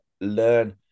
learn